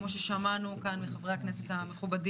כמו ששמענו כאן את חברי הכנסת המכובדים,